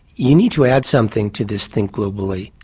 you need to add something to this think globally,